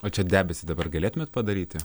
o čia debesį dabar galėtumėt padaryti